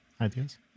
ideas